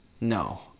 No